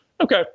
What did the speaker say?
okay